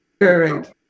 Correct